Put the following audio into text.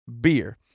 beer